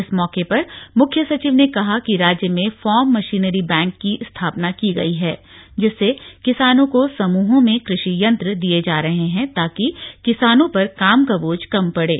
इस मौके पर मुख्य सचिव ने कहा कि राज्य में फॉर्म मशीनरी बैंक की स्थापना की गई है जिससे किसानों को समूहों में कृषि यंत्र दिए जा रहे हैं ताकि किसानों पर काम का बोझ कम पड़े